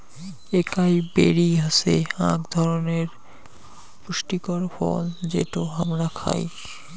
একাই বেরি হসে আক ধরণনের পুষ্টিকর ফল যেটো হামরা খাই